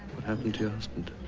happened your husband?